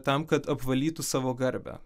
tam kad apvalytų savo garbę